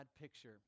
picture